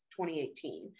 2018